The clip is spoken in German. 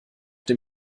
dem